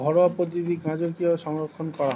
ঘরোয়া পদ্ধতিতে গাজর কিভাবে সংরক্ষণ করা?